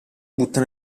butta